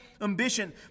ambition